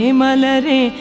malare